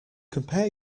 compare